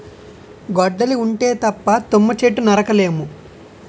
గొడ్డలి ఉంటే తప్ప తుమ్మ చెట్టు నరక లేము